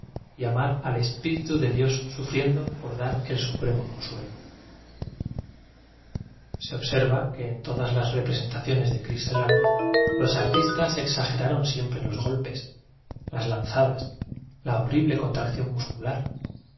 amar al espíritu de dios sufriendo por dar el supremo con suelo se observa que en todas las representa ciones de cristo en la cruz los artistas exa geraron siempre los golpes las lanzadas la horrible contracción muscular